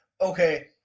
okay